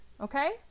Okay